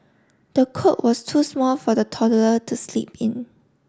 the cot was too small for the toddler to sleep in